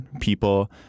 people